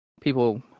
people